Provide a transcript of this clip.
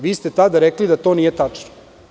Vi ste tada rekli da to nije tačno.